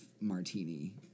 martini